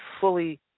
fully